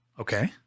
Okay